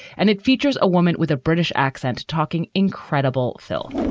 and it features a woman with a british accent talking incredible filth